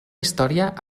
història